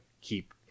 keep